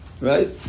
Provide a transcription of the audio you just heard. right